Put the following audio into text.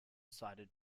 cited